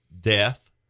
death